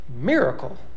miracle